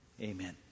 Amen